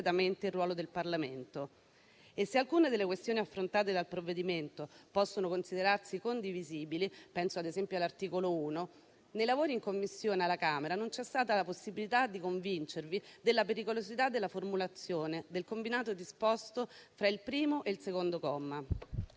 il ruolo del Parlamento. Se alcune delle questioni affrontate dal provvedimento possono considerarsi condivisibili (penso ad esempio all'articolo 1), nei lavori in Commissione alla Camera non c'è stata la possibilità di convincervi della pericolosità della formulazione del combinato disposto tra il primo e il secondo comma.